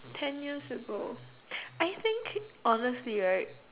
turn years ago I think honestly right